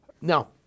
Now